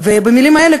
ובמילים האלה,